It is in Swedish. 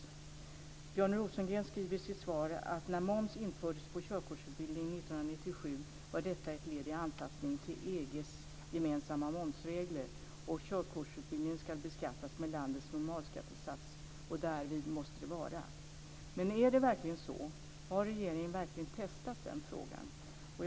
Björn Rosengren skriver i sitt svar att när moms infördes på körkortsutbildningen 1997 var detta ett led i anpassningen till EG:s gemensamma momsregler och att körkortsutbildningen ska beskattas med landets normalskattesats. Därvid måste det vara. Men är det verkligen så? Har regeringen verkligen testat den frågan?